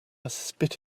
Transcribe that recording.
spit